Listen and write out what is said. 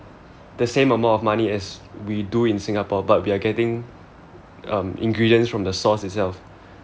the same amount of money as we do in Singapore but we are getting um ingredients from the source itself